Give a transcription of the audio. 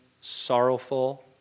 sorrowful